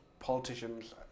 politicians